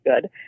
good